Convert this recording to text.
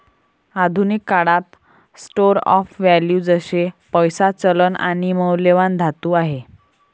आधुनिक काळात store of value जसे पैसा, चलन आणि मौल्यवान धातू आहे